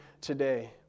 today